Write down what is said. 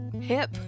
Hip